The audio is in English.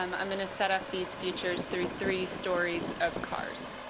um i'm going to set up these futures through three stories of cars.